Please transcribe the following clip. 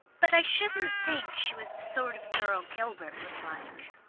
but i shouldn't think she was the sort of girl gilbert would like,